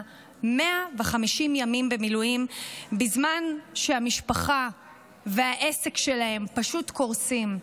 150 ימים במילואים בזמן שהמשפחה והעסק שלהם קורסים.